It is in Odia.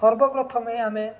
ସର୍ବପ୍ରଥମେ ଆମେ